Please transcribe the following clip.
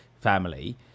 family